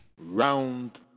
Round